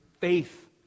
faith